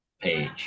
page